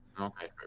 okay